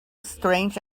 strange